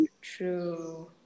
True